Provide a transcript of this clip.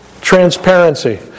transparency